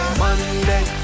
Monday